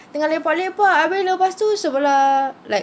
tengah lepak-lepak habis lepas tu sebelah like